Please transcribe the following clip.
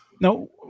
No